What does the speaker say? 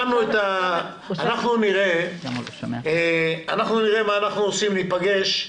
אנחנו נראה מה אנחנו עושים להפגש,